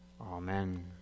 Amen